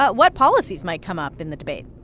but what policies might come up in the debate?